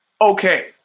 okay